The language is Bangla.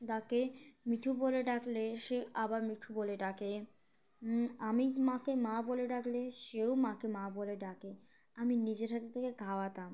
ডাকে মিঠু বলে ডাকলে সে আবার মিঠু বলে ডাকে আমি মাকে মা বলে ডাকলে সেও মাকে মা বলে ডাকে আমি নিজের হাতে থেকে খাওয়াতাম